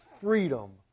freedom